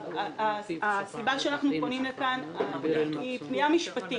הסיבה שאנחנו פונים לכאן היא פנייה משפטית.